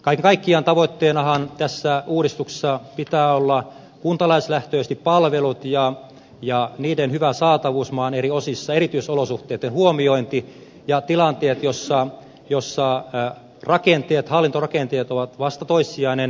kaiken kaikkiaan tavoitteenahan tässä uudistuksessa pitää olla kuntalaislähtöisesti palvelut ja niiden hyvä saatavuus maan eri osissa erityisolosuhteitten huomiointi ja tilanteet joissa hallintorakenteet ovat vasta toissijainen tekijä